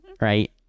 Right